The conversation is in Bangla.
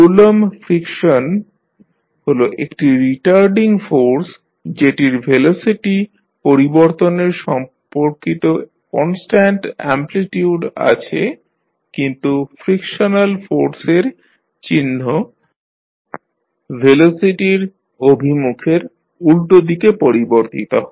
কুলম্ব ফ্রিকশন হল একটি রিটারডিং ফোর্স যেটির ভেলোসিটি পরিবর্তনের সম্পর্কিত কনস্ট্যান্ট অ্যামপ্লিটিউড আছে কিন্তু ফ্রিকশনাল ফোর্সের চিহ্ন ভেলোসিটির অভিমুখের উল্টোদিকে পরিবর্তিত হয়